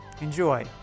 Enjoy